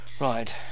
Right